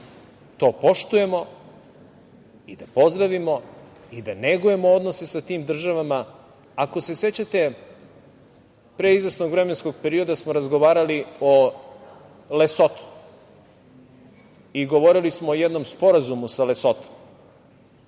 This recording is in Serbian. to poštujemo i da pozdravimo i da negujemo odnose sa tim državama. Ako se sećate, pre izvesnog vremenskog perioda smo razgovarali o Lesotu i govorili smo o jednom sporazumu sa Lesotom.